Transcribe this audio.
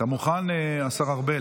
(תיקון מס' 142)